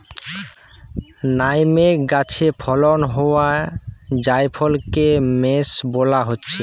nutmeg গাছে ফলন হোয়া জায়ফলকে মেস বোলা হচ্ছে